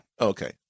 Okay